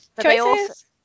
Choices